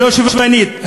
הלא-שוויונית,